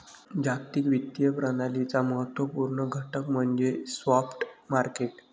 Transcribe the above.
जागतिक वित्तीय प्रणालीचा महत्त्व पूर्ण घटक म्हणजे स्पॉट मार्केट